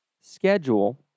schedule